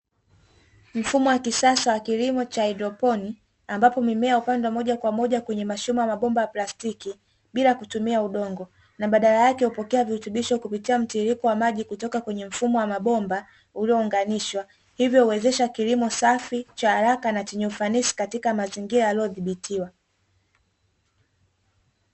Mfumo kisasa wa kilimo cha haidroponi ambapo, mimea hupandwa moja kwa moja kwenye mashimo ya mabomba ya plastiki bila kutumia udongo. Na badala yake hupokea virutubisho kupitia mtiririko wa maji, kutoka kwenye mfumo wa mabomba yaliyounganishwa. Hivyo huwezesha kilimo safi cha haraka na chenye ufanisi katika mazingira yaliyodhibitiwa.